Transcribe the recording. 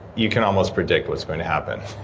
you can almost predict what's going to happen,